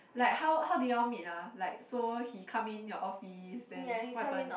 like how how did you all meet ah like so he come in your office then what happen